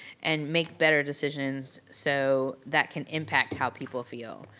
and make better decisions so that can impact how people feel.